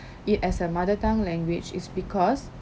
it as her mother tongue language is because